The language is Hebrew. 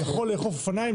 יכול לאכוף על אופניים,